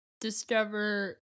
discover